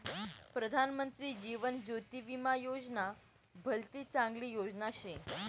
प्रधानमंत्री जीवन ज्योती विमा योजना भलती चांगली योजना शे